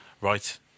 Right